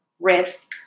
risk